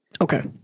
okay